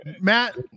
Matt